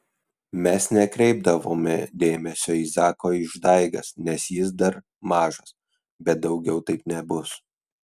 mes nekreipdavome dėmesio į zako išdaigas nes jis dar mažas bet daugiau taip nebus